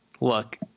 look